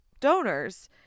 donors